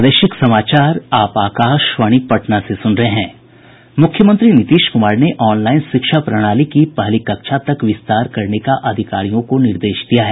मुख्यमंत्री नीतीश कुमार ने ऑनलाईन शिक्षा प्रणाली का पहली कक्षा तक विस्तार करने का अधिकारियों को निर्देश दिया है